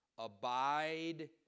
Abide